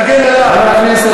דבר עניינית.